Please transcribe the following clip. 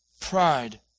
pride